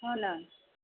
हो न